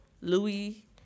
Louis